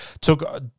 took